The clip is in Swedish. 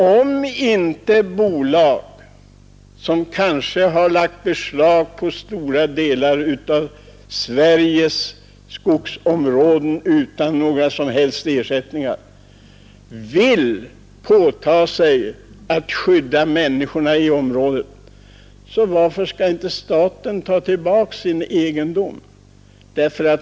Om inte bolag, som kanske har lagt beslag på stora delar av Sveriges skogsområden utan några som helst ersättningar, vill åta sig att skydda människorna i dessa områden, varför kan inte staten då ta tillbaks sin egendom?